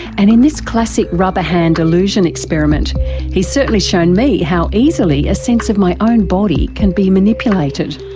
and in this classic rubber hand illusion experiment he's certainly shown me how easily a sense of my own body can be manipulated.